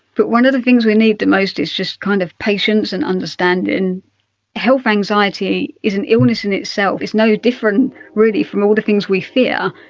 but one of the things we need the most is just kind of patience and understanding. health anxiety is an illness in itself, it's no different really from all the things we fear,